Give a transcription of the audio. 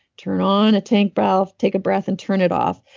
turn on a tank valve, take a breath, and turn it off,